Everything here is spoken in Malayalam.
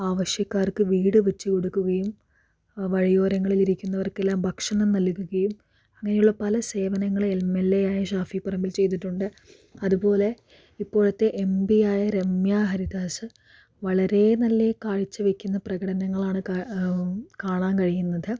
ആവശ്യക്കാർക്ക് വീട് വെച്ച് കൊടുക്കുകയും വഴിയോരങ്ങളിൽ ഇരിക്കുന്നവർക്ക് എല്ലാം ഭക്ഷണം നൽകുകയും അങ്ങനെയുള്ള പല സേവനങ്ങളും എം എൽ എയായ ഷാഫി പറമ്പിൽ ചെയ്തിട്ടുണ്ട് അതുപോലെ ഇപ്പോഴത്തെ എം പിയായ രമ്യ ഹരിദാസ് വളരെ നല്ല കാഴ്ചവെക്കുന്ന പ്രകടനങ്ങൾ ആണ് കാ കാണാൻ കഴിയുന്നത്